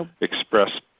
express